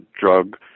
drug